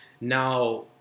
Now